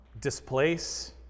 displace